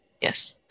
Yes